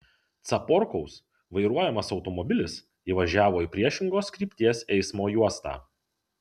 caporkaus vairuojamas automobilis įvažiavo į priešingos krypties eismo juostą